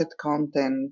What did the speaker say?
content